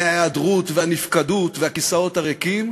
ההיעדרות והנפקדות והכיסאות הריקים,